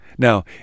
Now